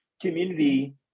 community